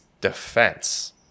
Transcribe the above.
defense